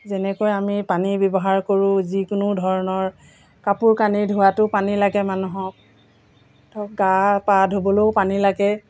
যেনেকৈ আমি পানী ব্যৱহাৰ কৰোঁ যিকোনো ধৰণৰ কাপোৰ কানি ধোৱাটো পানী লাগে মানুহক ধৰক গা পা ধুবলৈও পানী লাগে